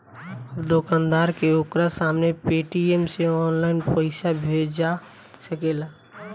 अब दोकानदार के ओकरा सामने पेटीएम से ऑनलाइन पइसा भेजा सकेला